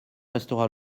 restera